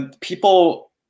people